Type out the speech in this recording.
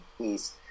east